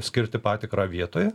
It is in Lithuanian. skirti patikrą vietoje